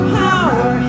power